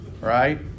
Right